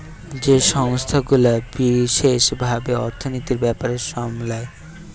যেই সংস্থা গুলা বিশেষ ভাবে অর্থনীতির ব্যাপার সামলায়